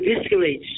discourage